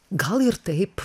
gal ir taip